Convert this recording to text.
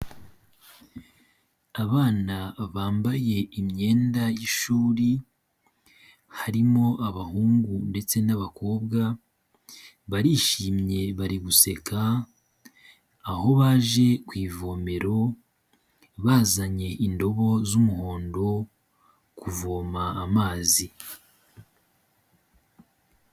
Abana bambaye imyenda y'ishuri, harimo abahungu ndetse n'abakobwa, barishimye bari guseka, aho baje ku ivomero bazanye indobo z'umuhondo kuvoma amazi.